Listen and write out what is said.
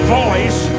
voice